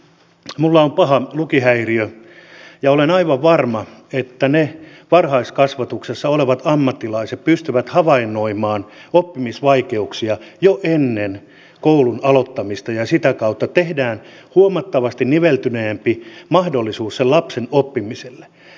minulla on paha lukihäiriö ja olen aivan varma että varhaiskasvatuksessa olevat ammattilaiset pystyvät havainnoimaan oppimisvaikeuksia jo ennen koulun aloittamista ja sitä kautta tehdään huomattavasti niveltyneempi mahdollisuus sen lapsen oppimiselle